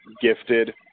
gifted